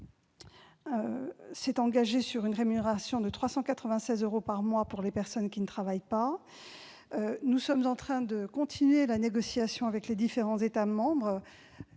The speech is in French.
s'est engagée sur une rémunération de 396 euros par mois pour les personnes qui ne travaillent pas. Nous continuons la négociation avec les différents États membres,